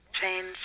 change